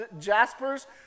Jasper's